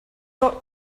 lot